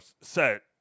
set